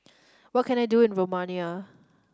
what can I do in Romania